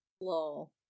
lol